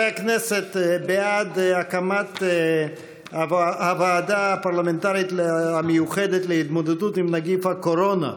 בעד הקמת הוועדה הפרלמנטרית המיוחדת להתמודדות עם נגיף הקורונה,